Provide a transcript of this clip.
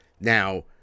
Now